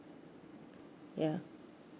yeah